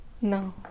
No